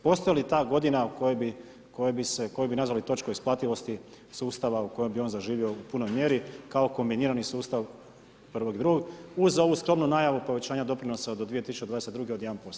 Postoji li ta godina koju bi nazvali točku isplativosti sustava u kojoj bi on zaživio u punoj mjeri kao kombinirani sustav prvog i drugog, uz ovu skromnu najavu povećanja doprinosa do 2022. od 1%